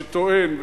שטוען,